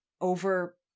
over